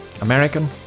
american